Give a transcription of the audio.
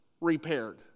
repaired